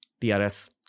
TRS